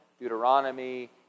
Deuteronomy